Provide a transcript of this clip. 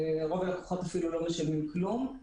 הרוב אפילו לא משלמים כלום.